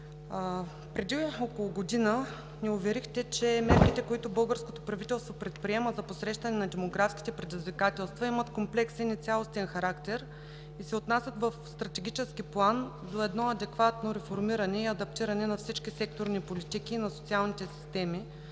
Преди около година ни уверихте, че мерките, които българското правителство предприема за посрещане на демографските предизвикателства, имат комплексен и цялостен характер и се отнасят в стратегически план до едно адекватно реформиране и адаптиране на всички секторни политики и на социалните системи